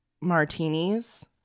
martinis